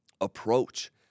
approach